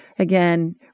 Again